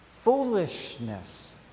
foolishness